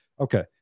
Okay